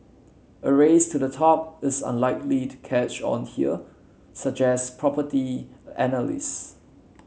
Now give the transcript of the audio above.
a race to the top is unlikely to catch on here suggest property analysts